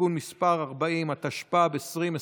(תיקון מס' 40), התשפ"ב 2022,